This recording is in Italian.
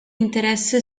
interesse